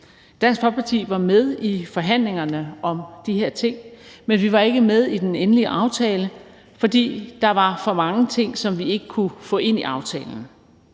Dansk Folkeparti var med i forhandlingerne om de her ting, men vi var ikke med i den endelige aftale, fordi der var for mange ting, som vi ikke kunne få ind i aftalen,